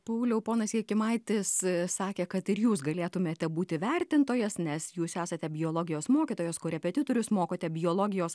pauliau ponas jokimaitis sakė kad ir jūs galėtumėte būti vertintojas nes jūs esate biologijos mokytojas korepetitorius mokote biologijos